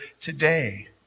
today